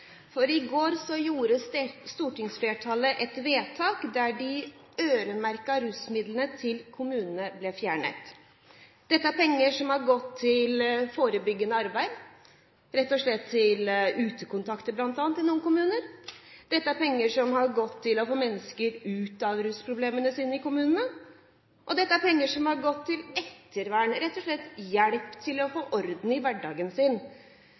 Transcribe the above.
forebyggende arbeid – rett og slett bl.a. til utekontakten i noen kommuner. Dette er penger som har gått til å få mennesker ut av rusproblemene sine, og det er penger som er gått til ettervern – rett og slett hjelp til å få orden i hverdagen.